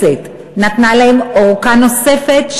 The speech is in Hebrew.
הכנסת נתנה להן ארכה נוספת,